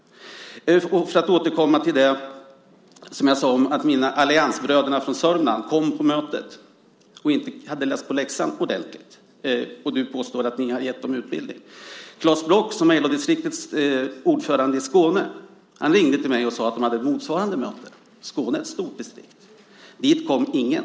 Jag vill återkomma till det jag sade om att alliansbröderna från Sörmland kom på mötet utan att ha läst på läxan ordentligt. Du påstår att ni har gett dem utbildning. Claes Bloch som är LO-distriktets ordförande i Skåne ringde till mig och sade att de hade ett motsvarande möte i Skåne som är ett stort distrikt. Dit kom ingen.